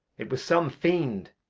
it was some fiend,